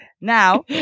Now